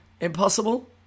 impossible